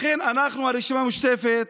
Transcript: לכן אנחנו, הרשימה המשותפת,